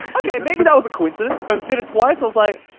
okay, maybe that was a coincidence. i did it twice. i was like,